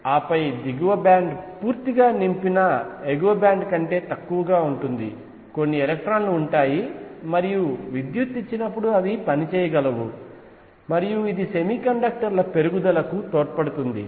ఆపై దిగువ బ్యాండ్ పూర్తిగా నింపిన ఎగువ బ్యాండ్ కంటే తక్కువగా ఉంటుంది కొన్ని ఎలక్ట్రాన్లు ఉంటాయి మరియు విద్యుత్ ఇచ్చినప్పుడు అవి పని చేయగలవు మరియు ఇది సెమీకండక్టర్ల పెరుగుదలకు తోడ్పడుతుంది